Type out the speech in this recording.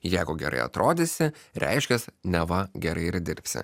jeigu gerai atrodysi reiškias neva gerai ir dirbsi